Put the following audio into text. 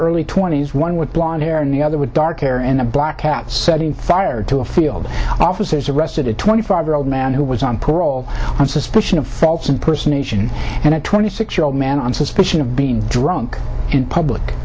early twenty's one with blonde hair and the other with dark hair in a black hat setting fire to a field officers arrested a twenty five year old man who was on parole on suspicion of false and person nation and a twenty six year old man on suspicion of being drunk in public